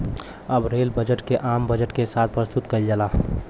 अब rail budget के आम बजट के साथ प्रसतुत कईल जाला